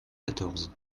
quatorze